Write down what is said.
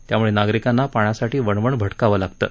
त्यामुळे नागरिकांना पाण्यासाठी वणवण भटकावं लागत आहे